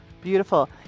Beautiful